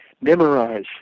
Memorize